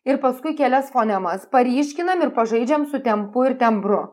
ir paskui kelias fonemas paryškinam ir pažaidžiam su tempu ir tembru